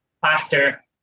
faster